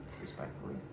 respectfully